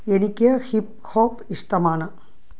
എനിക്ക് hip hop ഇഷ്ടമാണ്